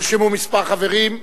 נרשמו כמה חברים.